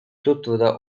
tutvuda